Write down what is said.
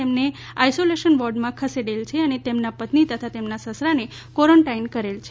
તેમને આઇસોલેશન વોર્ડમાં ખસેડેલ છે અને તેમના પત્ની તથા તેમના સસરાને કવોરેનટાઈન કરેલ છે